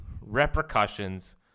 repercussions